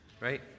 Right